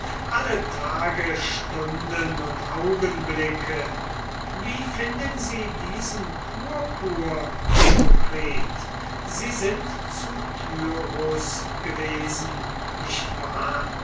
alle tage stunden und augenblicke wie finden sie diesen purpur demokritus sie sind zu tyrus gewesen nicht wahr